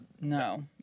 No